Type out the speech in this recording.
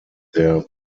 their